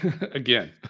Again